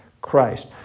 Christ